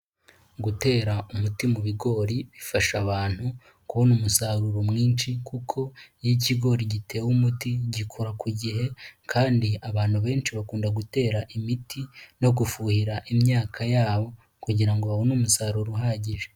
Gutera umuti mu bigori bifasha abantu, kubona umusaruro mwinshi kuko, iyo ikigori gitewe umuti gikura ku gihe, kandi abantu benshi bakunda gutera imiti, no gufuhira imyaka yabo, kugira ngo babone umusaruro uhagije.